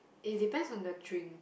it depends on the drink